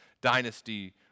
dynasty